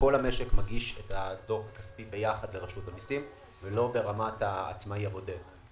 שכל המשק מגיש את הדוח הכספי ביחד לרשות המיסים ולא ברמת העצמאי הבודד.